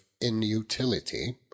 inutility